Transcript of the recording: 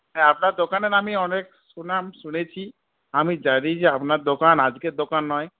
হ্যাঁ আপনার দোকানের আমি অনেক সুনাম শুনেছি আমি জানি যে আপনার দোকান আজকের দোকান নয়